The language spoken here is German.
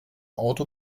auto